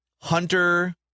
Hunter